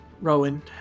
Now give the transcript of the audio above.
Rowan